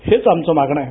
हेच आमचं मागणं आहे